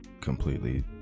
completely